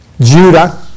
Judah